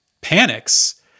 panics